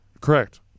correct